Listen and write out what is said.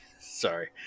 Sorry